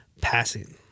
passing